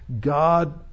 God